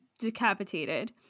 decapitated